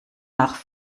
nach